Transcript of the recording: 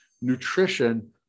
nutrition